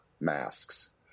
masks